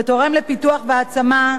ותורמים לפיתוח והעצמה,